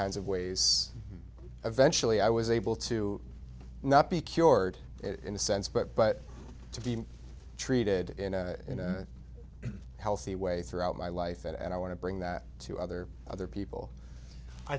kinds of ways eventually i was able to not be cured in a sense but but to be treated in a in a healthy way throughout my life that i want to bring that to other other people i